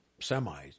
semi